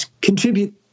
contribute